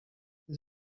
this